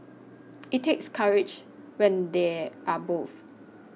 it takes courage when they are both